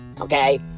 okay